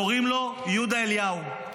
קוראים לו יהודה אליהו.